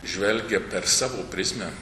žvelgia per savo prizmę